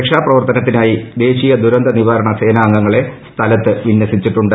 രക്ഷാപ്രവർത്ത്നത്തിനായി ദേശീയ ദുരന്തനിവാരണ സേനാംഗങ്ങളെ സ്ഥലത്ത്പ്രിന്യ്സിച്ചിട്ടുണ്ട്